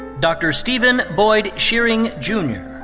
dr. stephen boyd shiring jr.